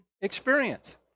experience